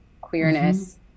queerness